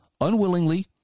unwillingly